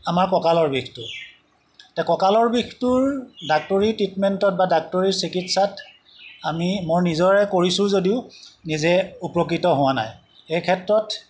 আমাৰ কঁকালৰ বিষটো এতিয়া কঁকালৰ বিষটোৰ ডাক্তৰী ট্ৰিটমেণ্টত বা ডাক্তৰীৰ চিকিৎসাত আমি মোৰ নিজৰে কৰিছোঁ যদিও নিজে উপকৃত হোৱা নাই এই ক্ষেত্ৰত